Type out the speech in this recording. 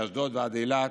מאשדוד ועד אילת,